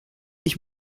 ich